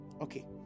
Okay